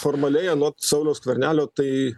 formaliai anot sauliaus skvernelio tai